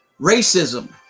racism